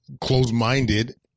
close-minded